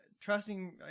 trusting